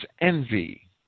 envy